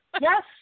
Yes